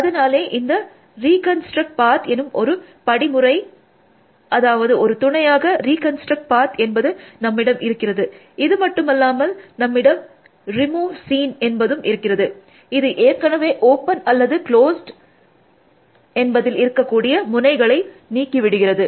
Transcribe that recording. அதனாலே இந்த reconstruct path எனும் இந்த படிமுறை அதாவது ஒரு துணையாக ரீகன்ஸ்ட்ரக்ட் பாத் என்பது நம்மிடம் இருக்கிறது இதுமட்டுமல்லாமல் நம்மிடம் ரிமூவ் சீன் என்பதும் இருக்கிறது இது ஏற்கெனவே ஓப்பன் அல்லது க்ளோஸ்ட் என்பதில் இருக்கக்கூடிய முனைகளை நீக்கி விடுகிறது